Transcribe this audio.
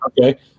Okay